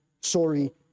sorry